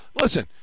listen